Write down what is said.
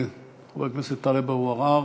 חבר הכנסת טלב אבו עראר,